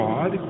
God